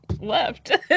left